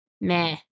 meh